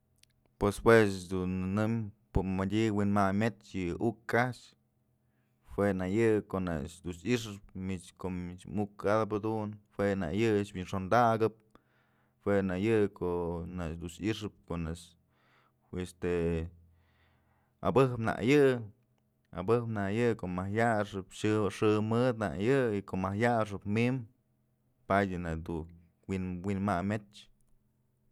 Pues juëch dun nënëm pomadyë wi'in mayn myech yë uk a'ax jue nak yë ko'o nak dun i'ixëp mich ko'o mich mukadëpëd jadun jue nak yë wi'inxondakëp, jue nak yë ko'o nak dun i'ixëp ko'o nak este abëj nak yë, abëj nak yë ko'o mëj yaxëp xye, xë mëd ak yë y ko'o mëj yaxëp mimbë padyë nak dun wi'inmayn mech.